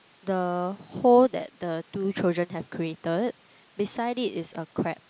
the hole that the two children have created beside it is a crab